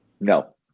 No